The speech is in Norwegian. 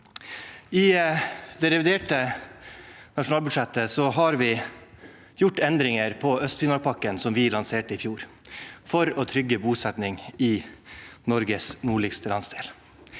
I det reviderte nasjonalbudsjettet har vi gjort endringer i Øst-Finnmark-pakken, som vi lanserte i fjor for å trygge bosetning i Norges nordligste landsdel.